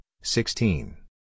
sixteen